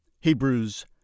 Hebrews